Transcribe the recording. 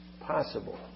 possible